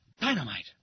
Dynamite